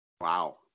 Wow